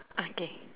okay